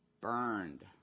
burned